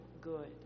good